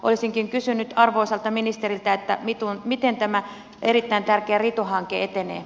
olisinkin kysynyt arvoisalta ministeriltä miten tämä erittäin tärkeä ritu hanke etenee